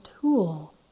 tool